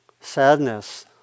sadness